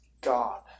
God